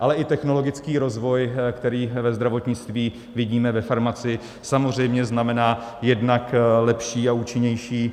Ale i technologický rozvoj, který ve zdravotnictví vidíme ve farmacii, samozřejmě znamená jednak lepší a účinnější